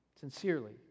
Sincerely